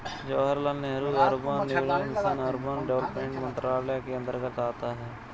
Jawaharlal Nehru national urban renewal mission urban development मंत्रालय के अंतर्गत आता है